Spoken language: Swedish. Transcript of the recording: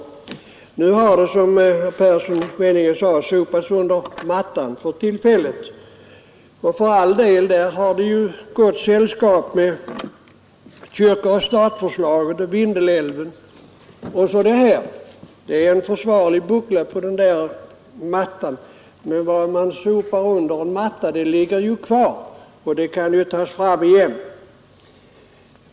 Som herr Persson i Skänninge meddelade har förslaget för tillfället ”sopats under mattan”. Och för all del, där har det gott sällskap med kyrka—stat-förslaget och förslaget om Vindelälven — det blir en försvarlig buckla på den där mattan. Men vad man sopar under en matta ligger kvar och kan tas fram igen.